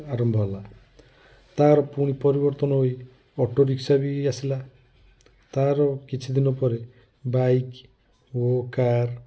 ଆରମ୍ଭ ହେଲା ତାର ପୁଣି ପରିବର୍ତ୍ତନ ହୋଇ ଅଟୋ ରିକ୍ସା ବି ଆସିଲା ତାର କିଛି ଦିନ ପରେ ବାଇକ୍ ଓ କାର